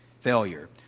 failure